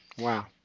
Wow